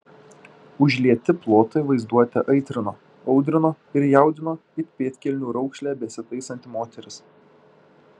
užlieti plotai vaizduotę aitrino audrino ir jaudino it pėdkelnių raukšlę besitaisanti moteris